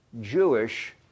Jewish